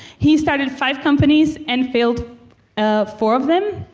he started five companies and failed ah four of them,